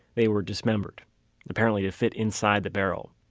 they were dismembered apparently to fit inside the barrel,